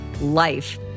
life